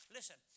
Listen